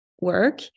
work